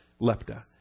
Lepta